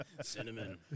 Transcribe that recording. Cinnamon